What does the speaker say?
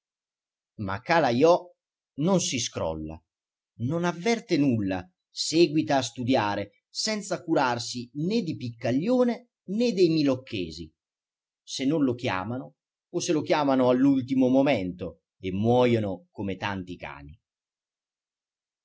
ma calajò non si scrolla non avverte nulla seguita a studiare senza curarsi né di piccaglione né dei milocchesi se non lo chiamano o se lo chiamano all'ultimo momento e muojono come tanti cani